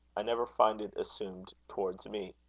i never find it assumed towards me.